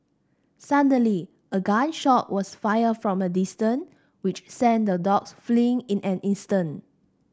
suddenly a gun shot was fired from a distance which sent the dogs fleeing in an instant